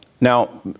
Now